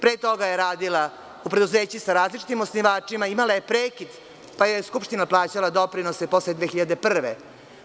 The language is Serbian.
Pre toga je radila u preduzeću sa različitim osnivačima, imala je prekid, pa joj je Skupština plaćala doprinose posle 2001. godine.